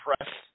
press